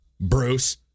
Bruce